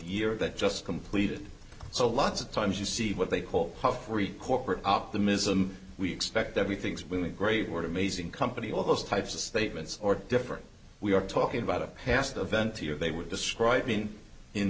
year that just completed so lots of times you see what they call puffery corporate optimism we expect everything's been a great word amazing company all those types of statements or different we are talking about a past event here they were describing in